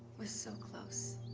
we're so close.